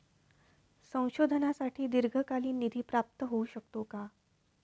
संशोधनासाठी दीर्घकालीन निधी प्राप्त होऊ शकतो का?